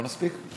לא נספיק?